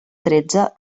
tretze